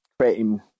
creating